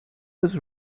was